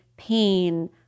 pain